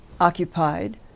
occupied